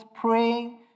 praying